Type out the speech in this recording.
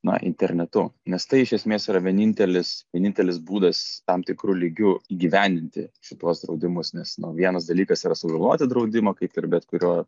na internetu nes tai iš esmės yra vienintelis vienintelis būdas tam tikru lygiu įgyvendinti šituos draudimus nes na vienas dalykas yra sužaloti draudimą kaip ir bet kurio